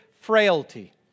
frailty